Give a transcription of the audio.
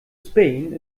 spain